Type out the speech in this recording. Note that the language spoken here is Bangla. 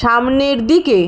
সামনের দিকে